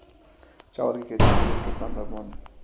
चावल की खेती के लिए कितना तापमान चाहिए?